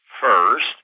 first